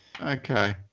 Okay